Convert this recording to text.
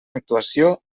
actuació